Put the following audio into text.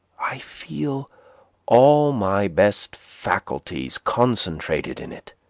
i feel all my best faculties concentrated in it.